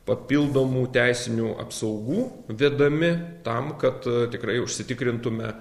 papildomų teisinių apsaugų vedami tam kad tikrai užsitikrintume